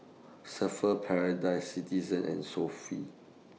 Surfer's Paradise Citizen and Sofy